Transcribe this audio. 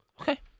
Okay